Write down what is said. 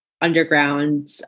underground